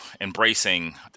embracing